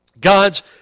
God's